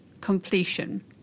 completion